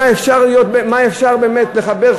מה אפשר באמת לחבר,